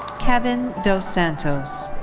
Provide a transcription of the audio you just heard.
kevin dos santos.